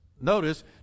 Notice